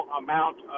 amount